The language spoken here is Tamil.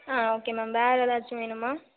ஆ ஓகே மேம் வேறு ஏதாச்சும் வேணுமா